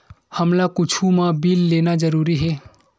हमला कुछु मा बिल लेना जरूरी हे?